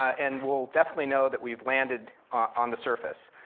and we'll definitely know that we've landed on the surface.